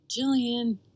Jillian